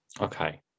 Okay